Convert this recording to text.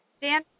Dan